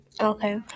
Okay